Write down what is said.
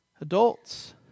adults